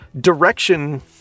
direction